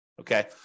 Okay